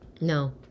No